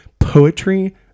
Poetry